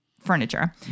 furniture